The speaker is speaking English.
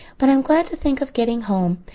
but i'm glad to think of getting home.